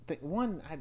One